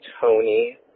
Tony